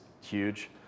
huge